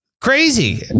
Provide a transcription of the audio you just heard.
crazy